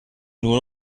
nur